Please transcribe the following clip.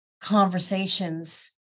conversations